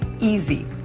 easy